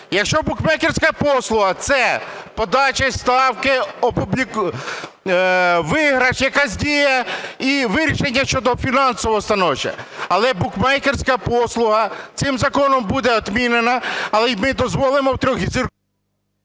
Якщо букмекерська послуга – це подача і ставки, виграш, якась дія і вирішення щодо фінансового становища, але букмекерська послуга цим законом буде відмінена. Але ми дозволимо… ГОЛОВУЮЧИЙ.